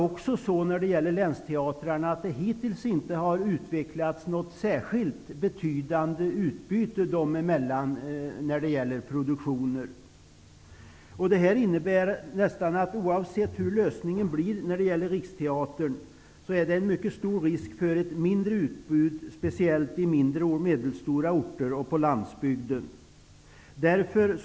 För länsteatrarna har det hittills inte heller utvecklats något särskilt betydande utbyte av produktioner dem emellan. Detta innebär att oavsett hur lösningen blir för Riksteatern finns det, speciellt i mindre och medelstora orter samt på landsbygden, stor risk för ett mindre utbud.